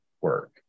work